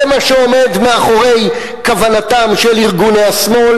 זה מה שעומד מאחורי כוונתם של ארגוני השמאל